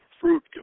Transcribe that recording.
fruit